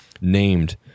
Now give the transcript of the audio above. named